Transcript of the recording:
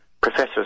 Professor